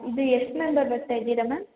ಇದು ಎಷ್ಟು ಮೆಂಬರ್ ಬರ್ತಾಯಿದೀರ ಮ್ಯಾಮ್